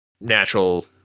natural